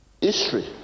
history